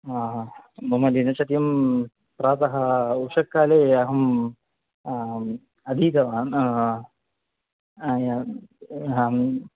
मम दिनचर्यं प्रातः उषःकाले अहं अधीतवान् अहं